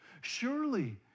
Surely